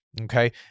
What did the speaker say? Okay